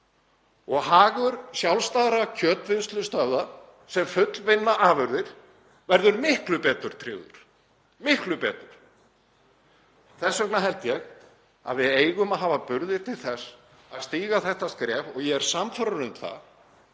og hagur sjálfstæðra kjötvinnslustöðva sem fullvinna afurðir verða miklu betur tryggður, miklu betur. Þess vegna held ég að við eigum að hafa burði til þess að stíga þetta skref og ég er sannfærður um að